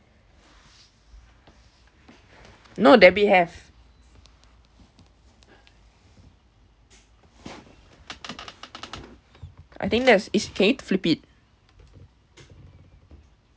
no debit have I think that's can you flip it